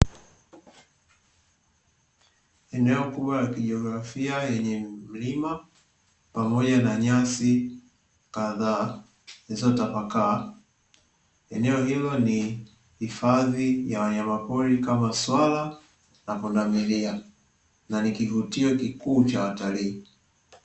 Eneo kubwa la kijiografia lenye mlima pamoja na nyasi kadhaa zilizotapakaa. Eneo hilo ni hifadhi ya wanyama pori kama swala na pundamilia, na ni kivutio kikuu cha watalii.